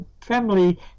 family